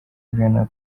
ariana